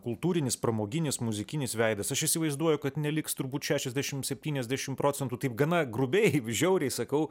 kultūrinis pramoginis muzikinis veidas aš įsivaizduoju kad neliks turbūt šešiasdešimt septyniasdešimt procentų taip gana grubiai žiauriai sakau